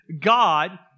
God